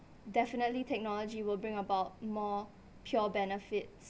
definitely technology will bring about more pure benefits